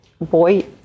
boy